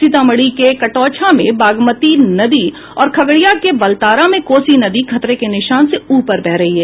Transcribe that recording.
सीतामढ़ी के कटौंझा में बागमती नदी और खगड़िया के बलतारा में कोसी नदी खतरे के निशान से ऊपर बह रही हैं